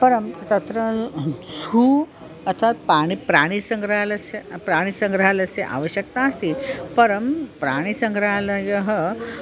परं तत्र झू अर्थात् प्राणी प्राणीसङ्ग्रहालयस्य प्राणीसङ्ग्रहालयस्य आवश्यकता अस्ति परं प्राणीसङ्ग्रहालयः